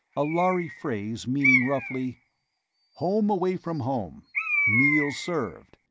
a lhari phrase meaning roughly home away from home meals served,